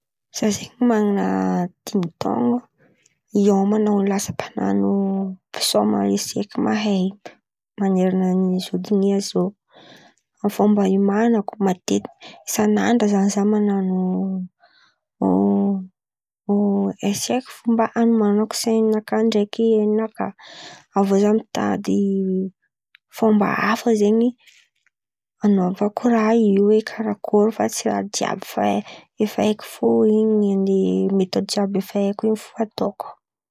Zah zen̈y manan̈a dimy taon̈o iôman̈a ho lasa mpan̈ano mpisôma eseky mahay in̈y maneran̈a zao donia zao fa fomba iomana nakà matetika isan'andra zah zan̈y man̈ano eseky fo. Fomba anoman̈ako sain̈y nakà ndraiky ain̈y nakà avô za mitady fomba hafa zen̈y anaovako raha io hoe: karàkory fa tsy raha jiàby fa efa haiko fô in̈y andeha metôdy jiàby efa haiko in̈y fo ataoko.